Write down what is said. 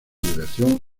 duración